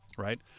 right